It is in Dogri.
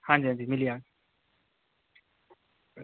आं जी आं जी मिली जाह्ग